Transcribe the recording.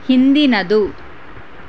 ಹಿಂದಿನದು